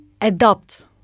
adopt